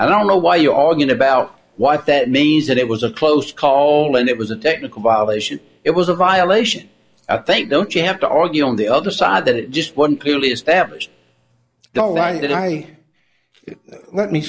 i don't know why you are going about what that means that it was a close call and it was a technical violation it was a violation i think don't you have to argue on the other side that just one clearly established don't i that i let me